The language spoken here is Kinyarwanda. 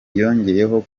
yongeyeho